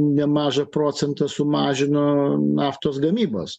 nemažą procentą sumažino naftos gamybos